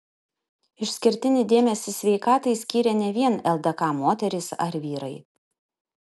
išskirtinį dėmesį sveikatai skyrė ne vien ldk moterys ar vyrai